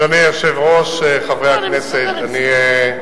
ואם התעודה המונפקת היא בעברית וערבית,